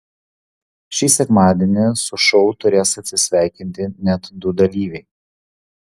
šį sekmadienį su šou turės atsisveikinti net du dalyviai